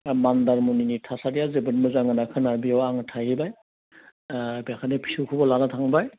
मान्दारमुनिनि थासारिया जोबोद मोजां होनना खोनानायाव बैयाव आं थाहैबाय बेखायनो फिसौखौबो लाना थांबाय